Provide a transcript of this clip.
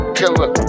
killer